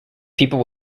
people